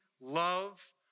love